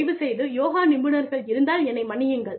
தயவுசெய்து யோகா நிபுணர்கள் இருந்தால் என்னை மன்னியுங்கள்